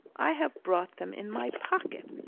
i have brought them in my pocket.